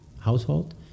household